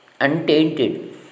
untainted